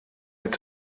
mit